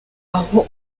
aho